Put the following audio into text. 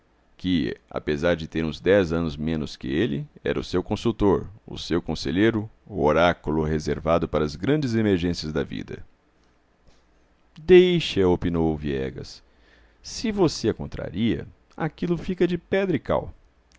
que apesar de ter uns dez anos menos que ele era o seu consultor o seu conselheiro o oráculo reservado para as grandes emergências da vida deixe-a opinou o viegas se você a contraria aquilo fica de pedra e cal